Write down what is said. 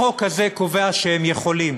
החוק הזה קובע שהם יכולים.